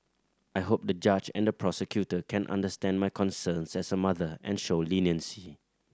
I hope the judge and the prosecutor can understand my concerns as a mother and show leniency